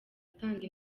atanga